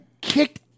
kicked